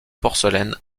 porcelaine